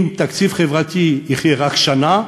אם תקציב חברתי יחיה רק שנה,